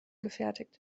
gefertigt